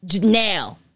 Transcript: Now